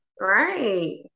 Right